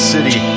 City